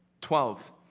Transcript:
Twelve